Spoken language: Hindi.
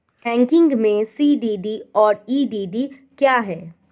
बैंकिंग में सी.डी.डी और ई.डी.डी क्या हैं?